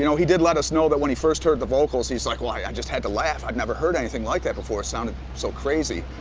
you know he did let us know that when he first heard the vocals, he's like, well, i just had to laugh, i'd never heard anything like that before, it sounded so crazy.